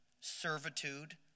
servitude